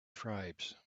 tribes